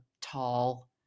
tall